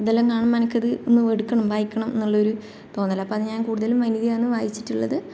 ഇതെല്ലാം കാണുമ്പോൾ എനിക്ക് അത് ഒന്ന് എടുക്കണം വായിക്കണം എന്നുള്ള ഒരു തോന്നലാണ് അപ്പം അത് ഞാൻ കൂടുതലും വനിതയാണ് വായിച്ചിട്ടുള്ളത്